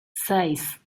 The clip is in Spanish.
seis